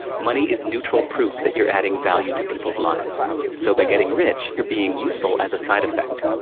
money is neutral proof that you're adding value to people's lives, so by getting rich, you're being useful as a side effect.